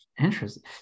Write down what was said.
Interesting